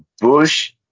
Bush